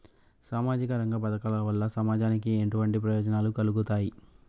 సామాజిక రంగ పథకాల వల్ల సమాజానికి ఎటువంటి ప్రయోజనాలు కలుగుతాయి?